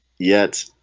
yet,